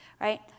right